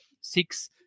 six